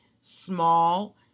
small